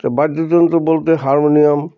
তো বাদ্যযন্ত্র বলতে হারমোনিয়াম